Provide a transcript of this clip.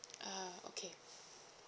ah okay